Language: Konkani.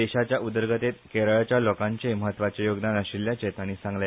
देशाच्या उदरगतेन केरळच्या लोकांचेय मत्वाचे योगदान आशिल्ल्याचे ताणी सांगले